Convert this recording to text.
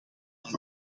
aan